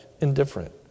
indifferent